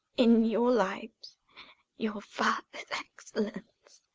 in your lives your father's excellence.